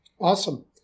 Awesome